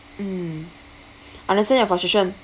mm understand your frustration